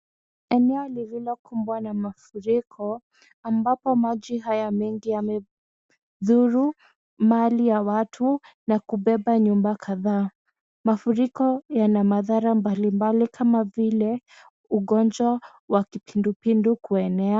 Eneo lililokubwa na mafuriko ambapo maji haya mengi yamedhuru mali ya watu na kubeba nyumba kadhaa. Mafuriko yana madhara mbali mbali kama vile ugonjwa wa kipindupindu kuenea.